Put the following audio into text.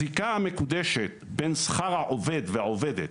הזיקה המקודשת בין שכר העובד והעובדת